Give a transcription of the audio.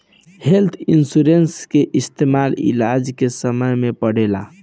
health insurance के इस्तमाल इलाज के समय में पड़ेला